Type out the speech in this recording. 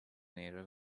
nera